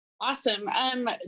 Awesome